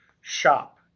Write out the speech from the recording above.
shop